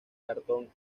cartón